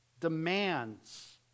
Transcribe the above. demands